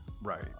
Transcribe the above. right